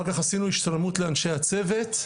אחר כך עשינו השתלמות לאנשי הצוות,